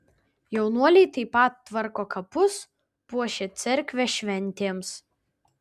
jaunuoliai taip pat tvarko kapus puošia cerkvę šventėms